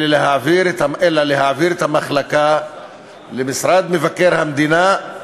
אלא להעביר את המחלקה למשרד מבקר המדינה,